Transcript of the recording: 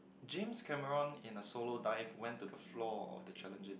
James-Cameron in a solo dive went to the floor of the challenger